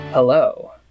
Hello